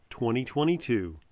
2022